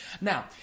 Now